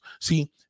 See